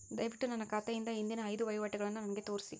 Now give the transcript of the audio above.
ದಯವಿಟ್ಟು ನನ್ನ ಖಾತೆಯಿಂದ ಹಿಂದಿನ ಐದು ವಹಿವಾಟುಗಳನ್ನು ನನಗೆ ತೋರಿಸಿ